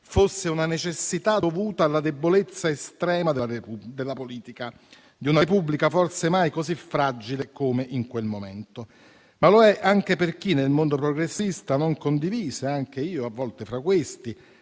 fosse una necessità dovuta alla debolezza estrema della politica di una Repubblica forse mai così fragile come in quel momento. Ma lo è anche per chi nel mondo progressista non condivise - anche io, a volte, fra questi